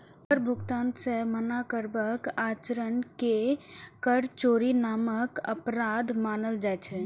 कर भुगतान सं मना करबाक आचरण कें कर चोरी नामक अपराध मानल जाइ छै